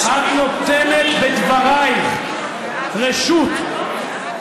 את נותנת בדברייך רשות,